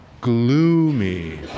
gloomy